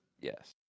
Yes